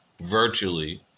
virtually